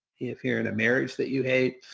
if you're in a marriage that you hate,